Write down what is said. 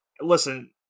Listen